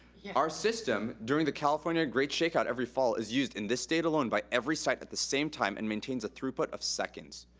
our system, during the california great shakeout every fall is used in this state alone by every site at the same time, and maintains a throughout but of seconds.